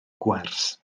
gwers